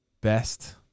best